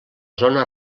zona